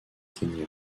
kenya